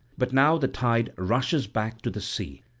but now the tide rushes back to the sea,